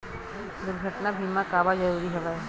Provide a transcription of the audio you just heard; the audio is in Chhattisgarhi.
दुर्घटना बीमा काबर जरूरी हवय?